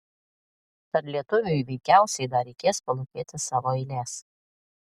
tad lietuviui veikiausiai dar reikės palūkėti savo eilės